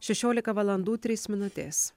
šešiolika valandų trys minutės